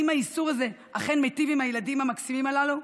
האם האיסור הזה אכן מיטיב עם הילדים המקסימים הללו,